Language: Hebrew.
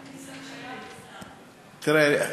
תראה,